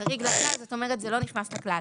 זאת אומרת שזה לא נכנס לכלל.